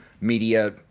media